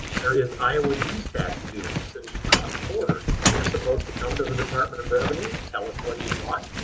there is iowa use tax due since you crossed the border. you're supposed to come to the department of revenue, tell us what you bought,